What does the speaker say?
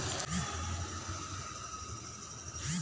कौन सी सरकारी योजना मुझे हार्वेस्टर ख़रीदने में सहायता प्रदान करेगी?